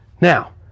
Now